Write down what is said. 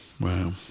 Wow